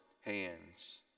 hands